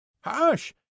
Hush